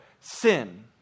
sin